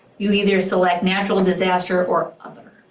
you either select natural disaster, or other.